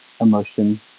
emotion